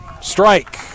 Strike